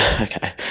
Okay